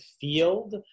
field